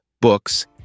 Books